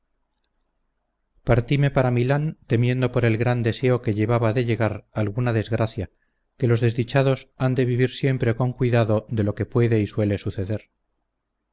partime para milán temiendo por el gran deseo que llevaba de llegar alguna desgracia que los desdichados han de vivir siempre con cuidado de lo que puede y suele suceder